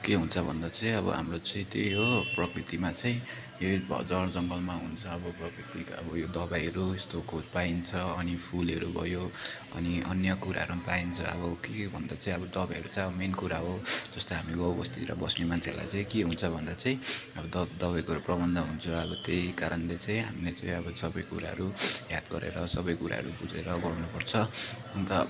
के हुन्छ भन्दा चाहिँ अब हाम्रो चाहिँ त्यही हो प्रकृतिमा चाहिँ झारजङ्गलमा हुन्छ अब प्रकृतिमा हाम्रो यो दबाईहरू यस्तोको पाइन्छ अनि फुलहरू भयो अनि अन्य कुराहरू पनि पाइन्छ अब के भन्दा चाहिँ अब दबाईहरू चाहिँ अब मेन कुरा हो जस्तै हामी गाउँबस्तीतिर बस्ने मान्छेहरूलाई चाहिँ के हुन्छ भन्दा चाहिँ अब द दबाईको प्रबन्ध हुन्छ अब त्यही कारणले चाहिँ हामीले चाहिँ अब सबै कुराहरू याद गरेर सबै कुराहरू बुझेर गर्नुपर्छ अन्त